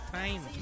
time